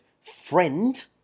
friend